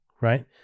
Right